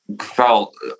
felt